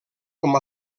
com